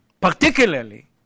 particularly